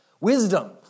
Wisdom